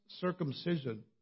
Circumcision